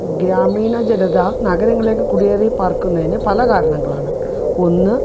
ഗ്രാമീണജനത നഗരങ്ങളിലേക്കു കുടിയേറി പാർക്കുന്നതിനു പലകാരണങ്ങളാണ് ഒന്ന്